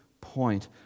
point